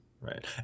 Right